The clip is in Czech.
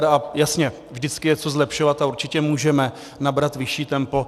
A jasně, vždycky je co zlepšovat a určitě můžeme nabrat vyšší tempo.